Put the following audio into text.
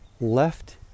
left